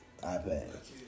iPad